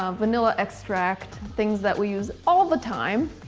um vanilla extract. things that we use all the time.